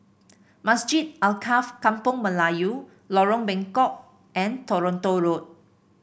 Masjid Alkaff Kampung Melayu Lorong Bengkok and Toronto Road